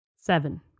Seven